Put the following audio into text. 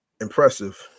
impressive